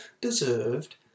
deserved